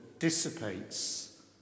Dissipates